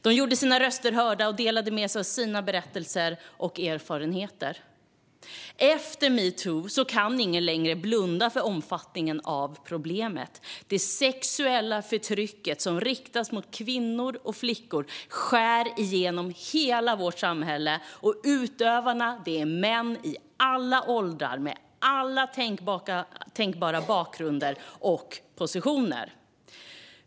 De gjorde sina röster hörda och delade med sig av sina berättelser och erfarenheter. Efter metoo kan ingen längre blunda för omfattningen av problemet. Det sexuella förtryck som riktas mot kvinnor och flickor skär genom hela vårt samhälle, och utövarna är män i alla åldrar och med alla tänkbara bakgrunder och positioner.